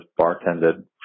bartended